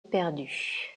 perdu